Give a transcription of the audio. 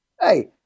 hey